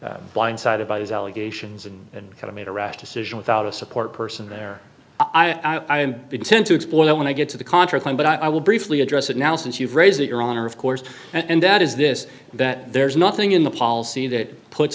of blindsided by these allegations and kind of made a rash decision without a support person there i am been sent to explore that when i get to the contra claim but i will briefly address it now since you've raised it your honor of course and that is this that there's nothing in the policy that puts